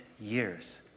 years